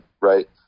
right